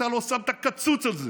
אתה לא שמת קצוץ על זה.